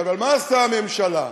אבל מה עשתה הממשלה?